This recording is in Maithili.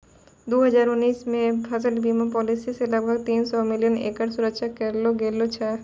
दू हजार उन्नीस मे फसल बीमा पॉलिसी से लगभग तीन सौ मिलियन एकड़ के सुरक्षा करलो गेलौ छलै